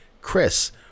Chris